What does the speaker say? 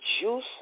juice